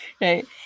Right